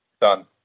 Done